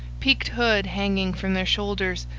peaked hood hanging from their shoulders,